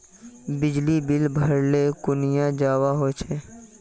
बिजली बिल भरले कुनियाँ जवा होचे?